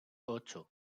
ocho